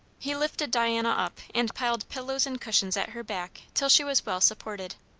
he lifted diana up, and piled pillows and cushions at her back till she was well supported.